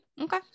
Okay